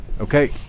Okay